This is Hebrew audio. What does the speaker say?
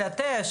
של התה,